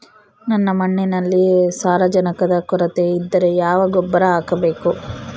ನನ್ನ ಮಣ್ಣಿನಲ್ಲಿ ಸಾರಜನಕದ ಕೊರತೆ ಇದ್ದರೆ ಯಾವ ಗೊಬ್ಬರ ಹಾಕಬೇಕು?